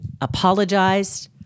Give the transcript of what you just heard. apologized